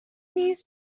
نیز